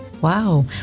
wow